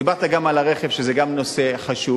דיברת גם על הרכב, וזה גם נושא חשוב.